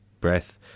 breath